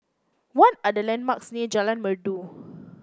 what are the landmarks near Jalan Merdu